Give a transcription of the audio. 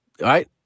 right